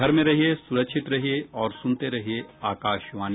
घर में रहिये सुरक्षित रहिये और सुनते रहिये आकाशवाणी